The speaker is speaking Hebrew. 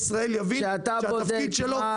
כשאתה בודק מה